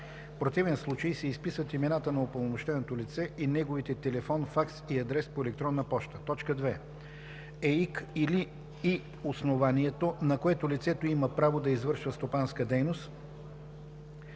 противен случай се изписват имената на упълномощеното лице и неговите телефон/факс и адрес на електронна поща; 2. ЕИК и/или основанието, на което лицето има право да извършва стопанска дейност,